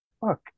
Fuck